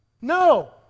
No